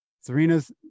Serena's